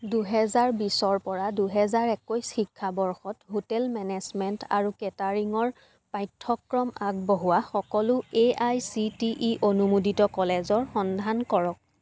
দুহেজাৰ বিছৰপৰা দুহেজাৰ একৈছ শিক্ষাবৰ্ষত হোটেল মেনেজমেণ্ট আৰু কেটাৰিঙৰ পাঠ্যক্ৰম আগবঢ়োৱা সকলো A I C T E অনুমোদিত কলেজৰ সন্ধান কৰক